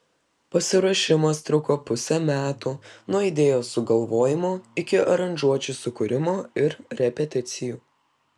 pasiruošimas truko pusę metų nuo idėjos sugalvojimo iki aranžuočių sukūrimo ir repeticijų